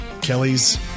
Kelly's